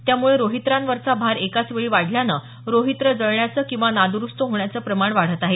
त्यामुळे रोहित्रांवरचा भार एकाचवेळी वाढल्यानं रोहित्र जळण्याचं किंवा नादुरुस्त होण्याचं प्रमाण वाढत आहे